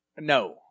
No